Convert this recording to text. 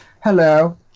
Hello